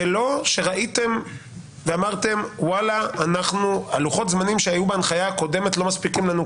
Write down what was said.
זה לא שראיתם ואמרתם: "לוחות הזמנים שהיו בהנחיה הקודמת לא מספיקים לנו,